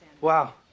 Wow